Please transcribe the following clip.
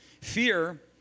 Fear